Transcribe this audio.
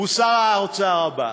הוא שר האוצר הבא.